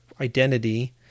identity